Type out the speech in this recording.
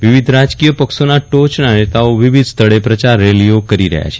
વિવિધ રાજકીય પક્ષોના ટોચના નેતાઓ વિવિધ સ્થળે પ્રચાર રેલીઓ કરી રહ્યા છે